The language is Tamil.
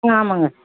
ஆ ஆமாங்க